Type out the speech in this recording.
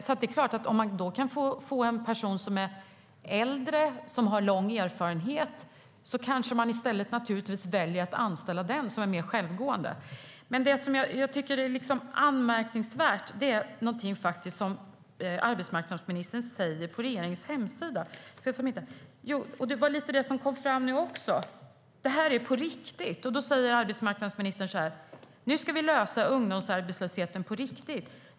Om man kan få en person som är äldre och har lång erfarenhet är det klart att man kanske hellre väljer att anställa den personen, som är mer självgående. Det jag tycker är anmärkningsvärt är något som arbetsmarknadsministern säger på regeringens hemsida. Det var lite det som kom fram nu också, att det här är på riktigt. Arbetsmarknadsministern säger: "Nu ska vi lösa ungdomsarbetslösheten på riktigt.